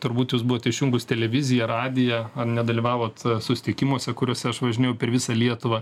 turbūt jūs buvot išjungus televiziją radiją nedalyvavot susitikimuose kuriuose aš važinėjau per visą lietuvą